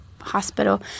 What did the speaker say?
hospital